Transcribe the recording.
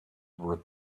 were